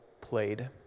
played